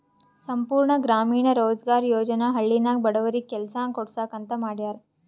ಸಂಪೂರ್ಣ ಗ್ರಾಮೀಣ ರೋಜ್ಗಾರ್ ಯೋಜನಾ ಹಳ್ಳಿನಾಗ ಬಡವರಿಗಿ ಕೆಲಸಾ ಕೊಡ್ಸಾಕ್ ಅಂತ ಮಾಡ್ಯಾರ್